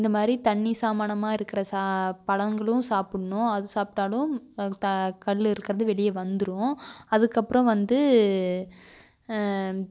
இந்த மாதிரி தண்ணி சாமனமாக இருக்கிற சா பழங்களும் சாப்பிட்ணும் அது சாப்பிட்டாலும் த கல் இருக்கிறது வெளியே வந்துடும் அதுக்கப்புறம் வந்து